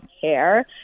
care